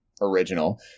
original